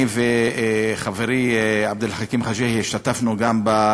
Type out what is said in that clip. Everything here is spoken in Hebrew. אני וחברי עבד על חכים חאג' יחיא השתתפנו בדיונים